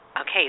Okay